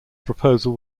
proposal